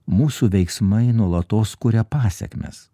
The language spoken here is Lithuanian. mūsų veiksmai nuolatos kuria pasekmes